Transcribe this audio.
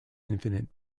infinite